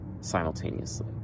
simultaneously